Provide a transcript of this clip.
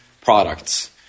products